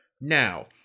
Now